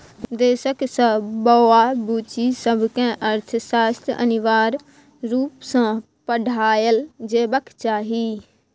देशक सब बौआ बुच्ची सबकेँ अर्थशास्त्र अनिवार्य रुप सँ पढ़ाएल जेबाक चाही